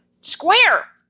square